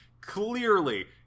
clearly